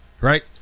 Right